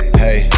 hey